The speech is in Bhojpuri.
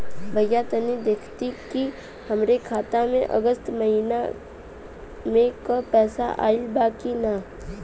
भईया तनि देखती की हमरे खाता मे अगस्त महीना में क पैसा आईल बा की ना?